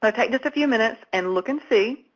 so take just a few minutes and look and see.